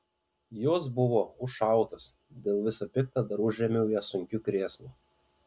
jos buvo užšautos dėl visa pikta dar užrėmiau jas sunkiu krėslu